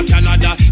Canada